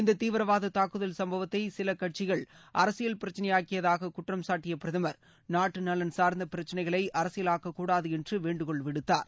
இந்தத் தீவிரவாத தாக்குதல் சும்பவத்தை சில கட்சிகள் அரசியல் பிரச்சினையாக ஆக்கியதாக குற்றம்சாட்டிய பிரதமர் நாட்டு நலன் சார்ந்த பிரச்சினைகளை அரசியலாக்கக்கூடாது என்று வேண்டுகோள் விடுத்தார்